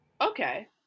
okay